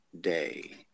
day